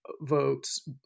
votes